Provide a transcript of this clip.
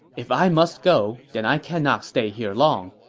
if i must go, then i cannot stay here long.